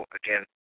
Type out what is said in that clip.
again